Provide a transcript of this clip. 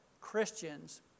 Christians